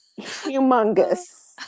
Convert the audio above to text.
humongous